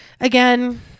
again